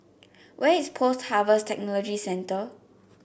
where is Post Harvest Technology Centre